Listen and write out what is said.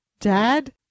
Dad